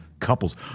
couples